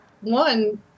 one